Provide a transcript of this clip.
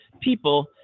people